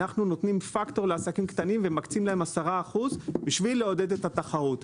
אנחנו נותנים פקטור לעסקים קטנים ומקצים להם 10% כדי לעודד את התחרות.